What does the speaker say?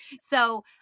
So-